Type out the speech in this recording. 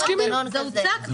זה כבר הוצע.